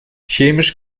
chemisch